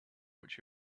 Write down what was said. which